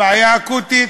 בעיה אקוטית,